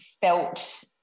felt